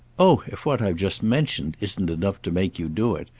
oh if what i've just mentioned isn't enough to make you do it,